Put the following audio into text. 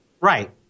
Right